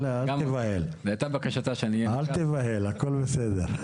אל תיבהל הכל בסדר,